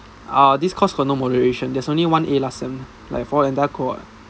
ah this course got no moderation there's only one a last sem~ like for the entire cohort